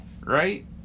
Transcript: right